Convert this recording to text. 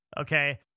okay